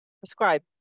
prescribe